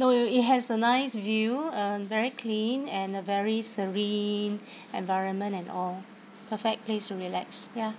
no it has a nice view uh very clean and a very serene environment and all perfect place to relax ya